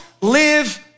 live